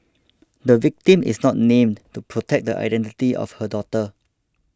the victim is not named to protect the identity of her daughter